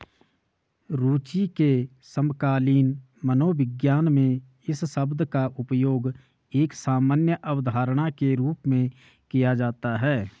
रूचि के समकालीन मनोविज्ञान में इस शब्द का उपयोग एक सामान्य अवधारणा के रूप में किया जाता है